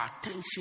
attention